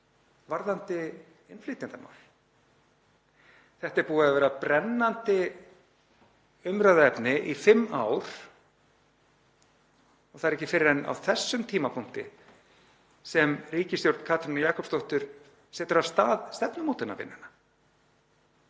varðandi innflytjendamál. Þetta er búið að vera brennandi umræðuefni í fimm ár. Það er ekki fyrr en á þessum tímapunkti sem ríkisstjórn Katrínar Jakobsdóttur setur af stað stefnumótunarvinnu.